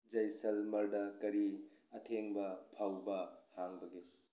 ꯖꯦꯁꯜꯃꯔꯗ ꯀꯔꯤ ꯑꯊꯦꯡꯕ ꯐꯥꯎꯕ ꯍꯥꯡꯕꯒꯦ